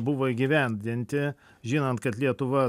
buvo įgyvendinti žinant kad lietuva